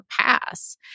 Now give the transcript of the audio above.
pass